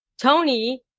Tony